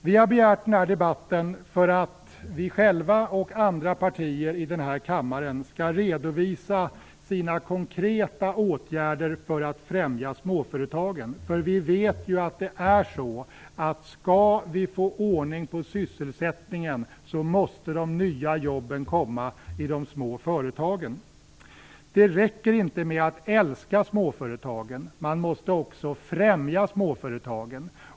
Vi har begärt denna debatt för att vi själva och andra partier i denna kammare skall redovisa konkreta åtgärder för att främja småföretagen, för vi vet ju att om vi skall få ordning på sysselsättningen, måste de nya jobben komma i de små företagen. Det räcker inte med att älska småföretagen. Man måste också främja småföretagen.